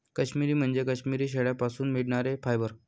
काश्मिरी म्हणजे काश्मिरी शेळ्यांपासून मिळणारे फायबर